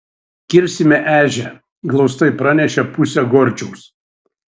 kirsime ežią glaustai pranešė pusė gorčiaus